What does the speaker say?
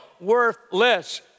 worthless